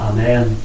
Amen